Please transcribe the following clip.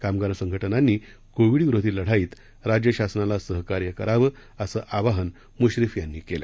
कामगार संघटनांनी कोविड विरोधी लढाईत राज्य शासनाला सहकार्य करावं असं आवाहन मूश्रीफ यांनी केलं